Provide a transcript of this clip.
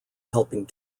helping